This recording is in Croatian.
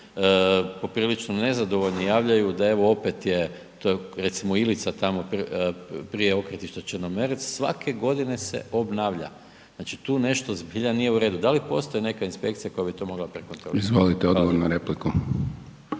poprilično nezadovoljni javljaju da evo opet je recimo Ilica tamo prije okretišta Črnomerec, svake godine se obnavlja. Znači tu nešto zbilja nije u redu. Da li postoji neka inspekcija koja bi to mogla prekontrolirati? **Hajdaš Dončić,